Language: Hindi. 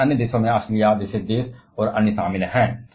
इसमें दूसरों में ऑस्ट्रेलिया और अन्य देशों के बारे में शामिल हैं